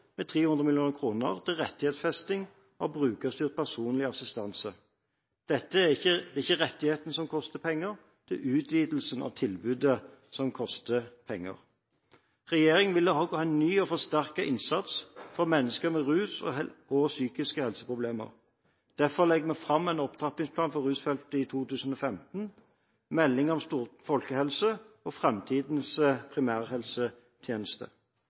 med 300 mill. kr til rettighetsfesting og brukerstyrt personlig assistanse. Det er ikke rettigheten som koster penger, det er utvidelsen av tilbudet som koster penger. Regjeringen vil også ha en ny og forsterket innsats for mennesker med rusproblemer og psykiske helseproblemer. Derfor legger fram en opptrappingsplan for rusfeltet i 2015, melding om folkehelse og framtidens primærhelsetjeneste.